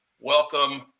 welcome